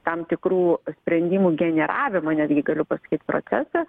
tam tikrų sprendimų generavimą netgi galiu pasakyt procesą